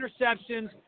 interceptions